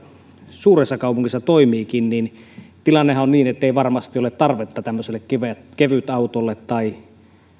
suuressa kaupungissa toimiikin niin tilannehan on niin ettei varmasti ole tarvetta tämmöiselle kevytautolle tai